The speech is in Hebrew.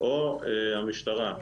או המשטרה.